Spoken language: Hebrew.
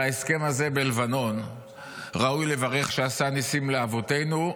על ההסכם הזה בלבנון ראוי לברך: שעשה ניסים לאבותינו,